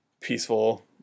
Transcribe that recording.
peaceful